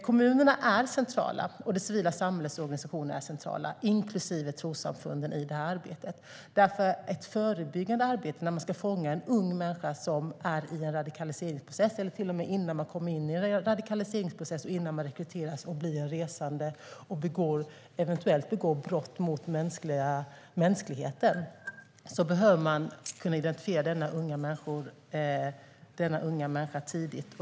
Kommunerna och det civila samhällets organisationer, inklusive trossamfunden, är centrala i det här arbetet. Det handlar om att fånga upp unga människor som är i en radikaliseringsprocess eller att till och med fånga upp dem innan de kommer in i en radikaliseringsprocess och innan de rekryteras och blir resande och eventuellt begår brott mot mänskligheten. Då behöver man kunna identifiera dessa unga människor tidigt.